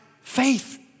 Faith